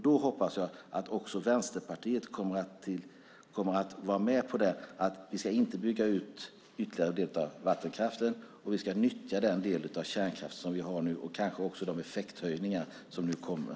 Då hoppas jag att även Vänsterpartiet kommer att vara med på att vi inte ska bygga ut vattenkraften ytterligare men att vi ska nyttja den del av kärnkraft som vi har nu och kanske också de effekthöjningar som kommer.